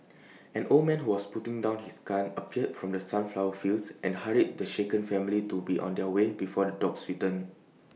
an old man who was putting down his gun appeared from the sunflower fields and hurried the shaken family to be on their way before the dogs return